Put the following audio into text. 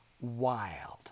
wild